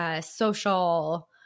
social